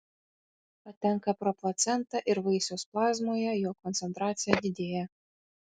patenka pro placentą ir vaisiaus plazmoje jo koncentracija didėja